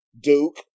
Duke